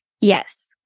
Yes